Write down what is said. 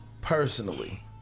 personally